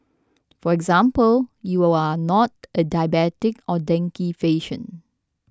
for example you are not a diabetic or dengue patient